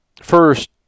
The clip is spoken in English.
first